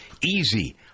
easy